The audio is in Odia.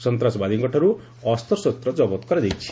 ସନ୍ତାସବାଦୀଙ୍କଠାରୁ ଅସ୍ତ୍ରଶସ୍ତ ଜବତ କରାଯାଇଛି